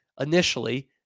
initially